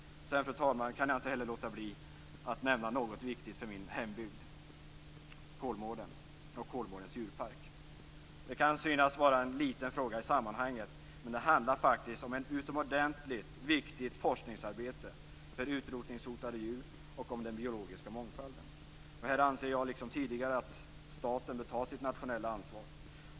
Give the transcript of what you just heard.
Fru talman! Jag kan inte heller låta bli att nämna något som är viktigt för min hembygd, nämligen Kolmården och Kolmårdens djurpark. Det kan synas vara en liten fråga i sammanhanget, men det handlar faktiskt om ett utomordentligt viktigt forskningsarbete för utrotningshotade djur och om den biologiska mångfalden. Här anser jag, liksom tidigare, att staten bör ta sitt nationella ansvar.